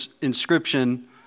inscription